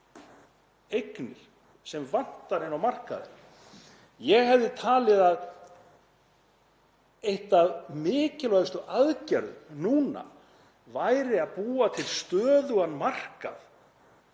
eignir sem vantar inn á markaðinn. Ég hefði talið að ein af mikilvægustu aðgerðunum núna væri að búa til stöðugan markað